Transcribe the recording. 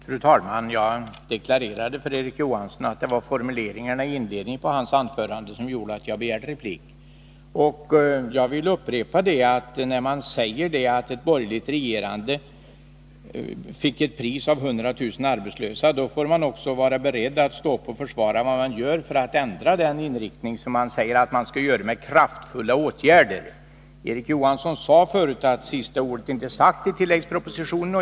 Fru talman! Jag deklarerade för Erik Johansson att det var formuleringarna i inledningen av hans anförande som gjorde att jag begärde replik. Jag vill upprepa att när man säger att ett borgerligt regerande fick ett pris av 100 000 arbetslösa, så får man också vara beredd att stå upp och försvara vad man gör för att ändra på detta — vilket man säger att man skall göra med kraftfulla åtgärder. Erik Johansson sade förut att sista ordet inte är sagt i tilläggspropositionen.